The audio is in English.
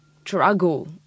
struggle